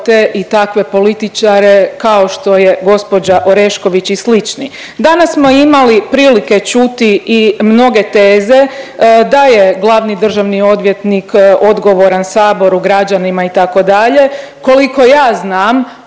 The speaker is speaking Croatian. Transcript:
i takve političare kao što je gospođa Orešković i slični. Danas smo imali prilike čuti i mnoge teze da je glavni državni odvjetnik odgovoran Saboru, građanima itd. Koliko ja znam